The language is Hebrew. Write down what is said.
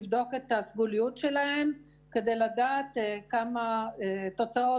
לבדוק את הסגוליות שלהם כדי לדעת כמה תוצאות